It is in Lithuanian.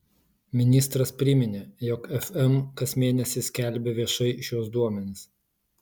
ministras priminė jog fm kas mėnesį skelbia viešai šiuos duomenis